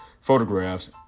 photographs